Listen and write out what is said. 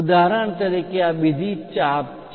ઉદાહરણ તરીકે આ બીજી ચાપ આર્ક છે